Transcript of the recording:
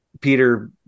Peter